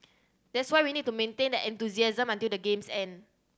that's why we need to maintain that enthusiasm until the games end